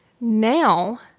Now